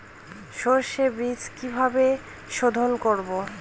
সর্ষে বিজ কিভাবে সোধোন করব?